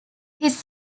his